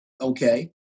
okay